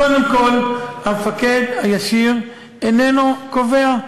קודם כול, המפקד הישיר איננו קובע.